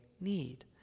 need